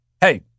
Hey